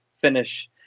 finish